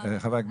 חבר הכנסת